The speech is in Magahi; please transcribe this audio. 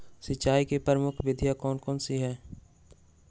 सिंचाई की प्रमुख विधियां कौन कौन सी है?